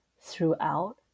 throughout